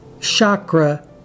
chakra